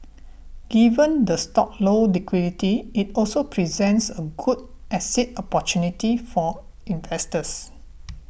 given the stock's low liquidity it also presents a good exit opportunity for investors